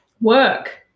work